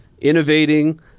innovating –